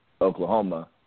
Oklahoma